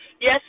Yes